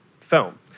film